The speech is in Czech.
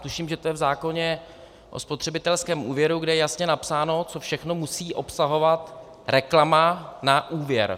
Tuším, že to je v zákoně o spotřebitelském úvěru, kde je jasně napsáno, co všechno musí obsahovat reklama na úvěr.